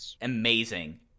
amazing